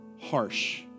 harsh